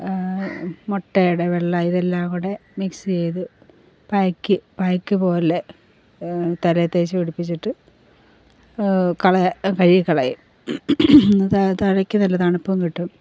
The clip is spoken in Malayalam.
മുട്ടയുടെ വെള്ള ഇതെല്ലാം കൂടെ മിക്സ് ചെയ്ത് പായ്ക്ക് പായ്ക്ക് പോലെ തലയിൽ തേച്ച് പിടിപ്പിച്ചിട്ട് കഴുകിക്കളയും തലയ്ക്ക് നല്ല തണുപ്പും കിട്ടും